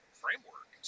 framework